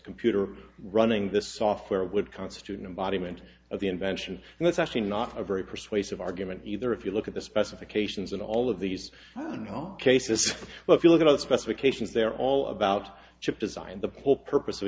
computer running this software would constitute an embodiment of the invention and that's actually not a very persuasive argument either if you look at the specifications in all of these cases well if you look at the specifications they're all about chip design the pull purpose of